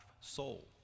soul